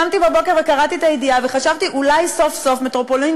קמתי בבוקר וקראתי את הידיעה וחשבתי: אולי סוף-סוף מטרופולין